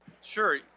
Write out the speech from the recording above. Sure